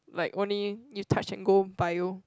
like only you touch and go bio